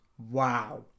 Wow